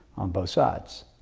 on both sides.